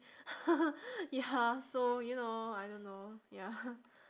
ya so you know I don't know ya